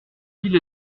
ville